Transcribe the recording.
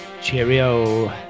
Cheerio